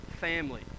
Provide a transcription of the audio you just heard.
family